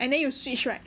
and then you switch right